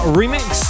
remix